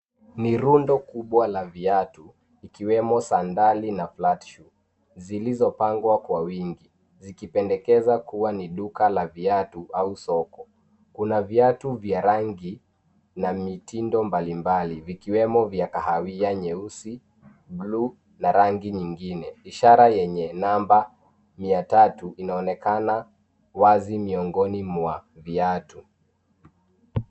Ni rundo kubwa la viatu ikiwemo sandali na flat shoe zilizopangwa kwa wingi, zikipendekeza kuwa ni duka la viatu au soko. Kuna viatu vya rangi na mitindo mbalimbali vikiwemo vya kahawia, nyeusi, blue na rangi nyingine. Ishara yenye namba 300 kinaonekana wazi miongoni mwa viatu.